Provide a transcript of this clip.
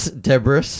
Debris